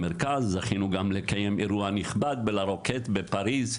וזכינו גם לקיים אירוע נכבד בלה רוקט בפריז.